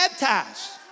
baptized